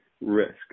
risk